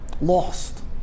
lost